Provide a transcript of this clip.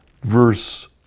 verse